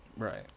right